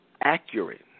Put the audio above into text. accurate